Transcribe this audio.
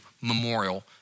memorial